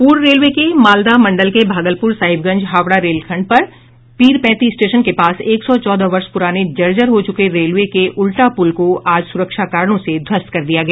पूर्व रेलवे के मालदा मंडल के भागलपुर साहिबगंज हावड़ा रेलखंड पर पीरपैंती स्टेशन के पास एक सौ चौदह वर्ष पुराने जर्जर हो चुके रेलवे के उल्टा पुल को आज सुरक्षा कारणों से ध्वस्त कर दिया गया